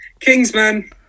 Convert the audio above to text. Kingsman